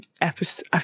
episode